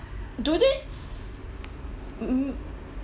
do they m~